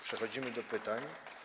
Przechodzimy do pytań.